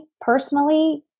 personally